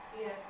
Yes